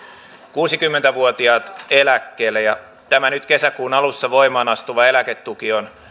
kuusikymmentä vuotiaat eläkkeelle tämä nyt kesäkuun alussa voimaan astuva eläketuki on